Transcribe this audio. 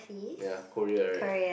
ya Korea right